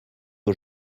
aux